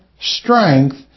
strength